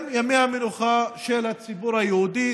הם ימי המנוחה של הציבור היהודי.